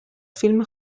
فیلم